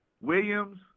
Williams